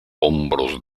hombros